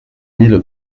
mille